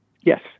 yes